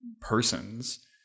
persons